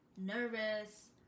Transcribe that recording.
nervous